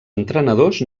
entrenadors